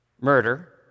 murder